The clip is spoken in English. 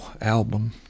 album